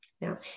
Now